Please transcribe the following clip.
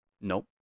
Nope